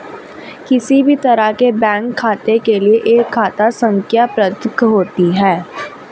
किसी भी तरह के बैंक खाते के लिये एक खाता संख्या प्रदत्त होती है